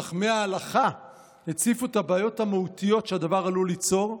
חכמי ההלכה הציפו את הבעיות המהותיות שהדבר עלול ליצור,